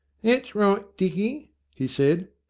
that's right dicky he said,